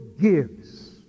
gives